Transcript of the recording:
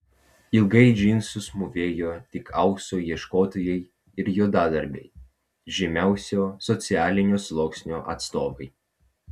ilgai džinsus mūvėjo tik aukso ieškotojai ir juodadarbiai žemiausio socialinio sluoksnio atstovai